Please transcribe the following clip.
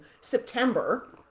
september